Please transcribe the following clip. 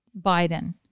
Biden